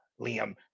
Liam